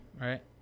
right